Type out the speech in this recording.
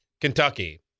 Kentucky